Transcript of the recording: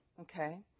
Okay